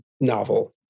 novel